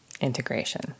integration